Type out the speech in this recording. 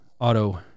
auto